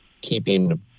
keeping